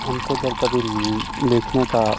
हमको जब कभी ले लिखने का